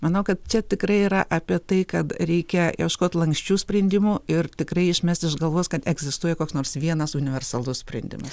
manau kad čia tikrai yra apie tai kad reikia ieškot lanksčių sprendimų ir tikrai išmesti iš galvos kad egzistuoja koks nors vienas universalus sprendimas